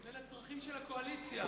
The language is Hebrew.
אלה הצרכים של הקואליציה.